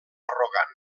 arrogant